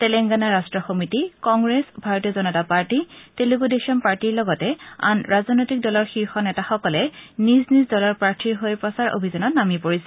Telangana Rashtra Samithi Congress Bharatiya Janata party Telugu Desam পাৰ্টীৰ লগতে আন ৰাজনৈতিক দলৰ শীৰ্ষ নেতাসকলে নিজ নিজ দলৰ প্ৰাৰ্থীৰ হৈ প্ৰচাৰ অভিযানত নামি পৰিছে